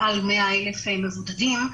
מעל 100,000 מבודדים,